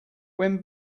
when